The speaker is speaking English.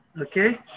okay